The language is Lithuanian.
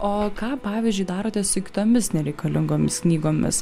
o ką pavyzdžiui darote su kitomis nereikalingomis knygomis